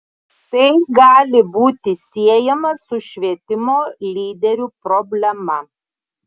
tai gali būti siejama su švietimo lyderių problema